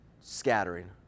scattering